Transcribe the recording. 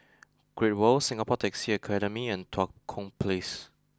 Great World Singapore Taxi Academy and Tua Kong Place